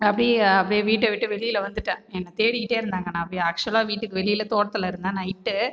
அப்படி அப்படியே வீட்டை விட்டு வெளியில் வந்துகிட்டேன் என்ன தேடிகிட்டேருந்தாங்கள் நான் ஆக்ஷுவல்லாக வீட்டுக்கு வெளியில் தோட்டத்தில் இருந்தேன் நைட்டு